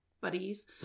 buddies